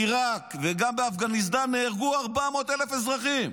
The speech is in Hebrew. בעיראק וגם באפגניסטן, נהרגו 400,000 אזרחים.